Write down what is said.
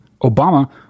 Obama